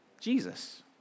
Jesus